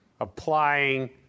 applying